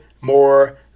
more